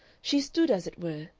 she stood, as it were,